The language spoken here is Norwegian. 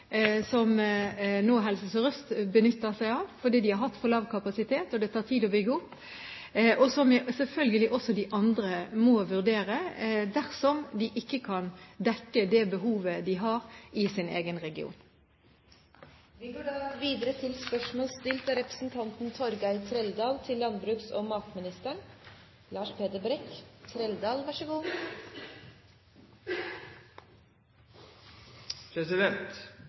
som Helse Sør-Øst nå benytter seg av fordi de har hatt for lav kapasitet – og det tar tid å bygge opp – og som selvfølgelig også de andre må vurdere dersom de ikke kan dekke det behovet de har i sin egen region.